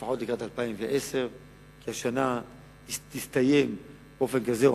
לפחות לקראת 2010. השנה תסתיים באופן כזה או